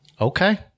Okay